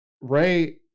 Ray